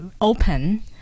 open